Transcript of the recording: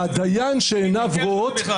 שהדיין שעיניו רואות --- מי מתווכח על זה בכלל?